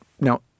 Now